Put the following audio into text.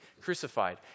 crucified